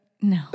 No